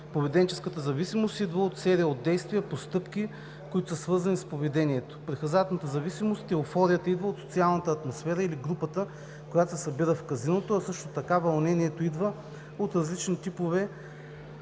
Поведенческата зависимост идва от серия от действия, постъпки, които са свързани с поведението. При хазартната зависимост еуфорията идва от социалната атмосфера или групата, която се събира в казиното, а също така вълнението идва от поемането